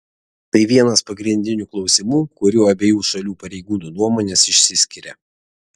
tai vienas pagrindinių klausimų kuriuo abiejų šalių pareigūnų nuomonės išsiskiria